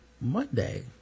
monday